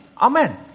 amen